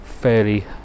fairly